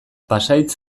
pasahitz